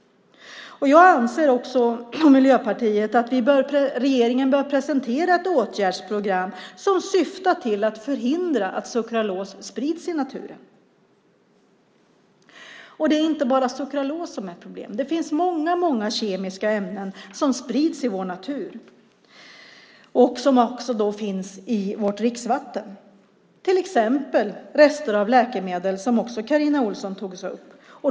Jag och Miljöpartiet anser att regeringen bör presentera ett åtgärdsprogram som syftar till att förhindra att sukralos sprids i naturen. Det är inte bara sukralos som är problemet, det finns många kemiska ämnen som sprids i vår natur och som också finns i vårt dricksvatten, till exempel rester av läkemedel, som Carina Ohlsson tog upp.